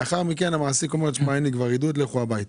לאחר מכן המעסיק אומר שכבר אין לו עידוד ושולח את העובד הביתה.